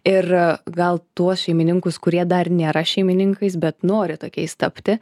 ir gal tuos šeimininkus kurie dar nėra šeimininkais bet nori tokiais tapti